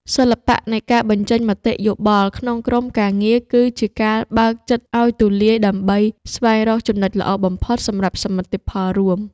សិល្បៈនៃការបញ្ចេញមតិយោបល់ក្នុងក្រុមការងារ គឺ ជាការបើកចិត្តឱ្យទូលាយដើម្បីស្វែងរកចំណុចល្អបំផុតសម្រាប់សមិទ្ធផលរួម។